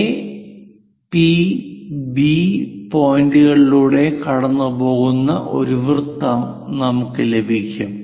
A P B A P B പോയിന്റുകളിലൂടെ കടന്നുപോകുന്ന ഒരു വൃത്തം നമുക്ക് ലഭിക്കും